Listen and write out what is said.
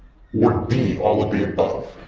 or d, all of the above?